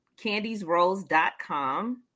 candiesrose.com